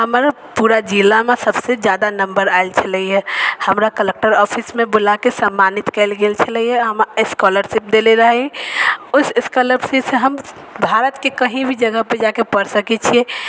हमर पूरा जिला मे सबसे जादा नम्बर आयल छलैया हँ हमरा कलक्टर ऑफिसमे बुला के सम्मानित कयल गेल छलैया हमरा स्कालरशिप देले रहै उस स्कालरशिप से हम भारत के कही भी जगह पे जाके पढ़ सकै छियै